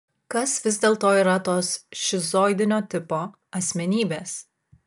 kas vis dėlto yra tos šizoidinio tipo asmenybės